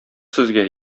сезгә